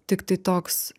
tiktai toks